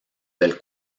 del